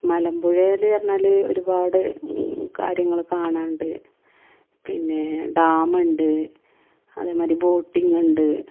മലമ്പുഴയിൽ പറഞ്ഞാൽ ഒരുപാട് കാര്യങ്ങൾ കാണാനുണ്ട് പിന്നെ ഡാമുണ്ട് അതേ മാതിരി ബോട്ടിങ്ങുണ്ട്